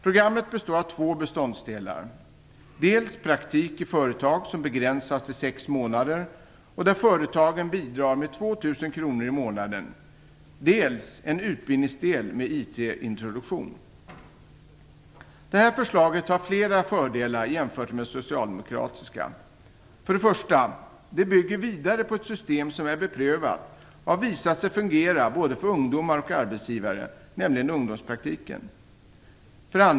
Programmet omfattar två beståndsdelar: dels praktik i företag som begränsas till sex månader och där företagen bidrar med 2 000 kr i månaden, dels en utbildningsdel med IT-introduktion. Detta förslag har flera fördelar jämfört med det socialdemokratiska. 1. Det bygger vidare på ett system som är beprövat och har visat sig fungera både för ungdomar och för arbetsgivare, nämligen ungdomspraktiken. 2.